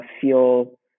feel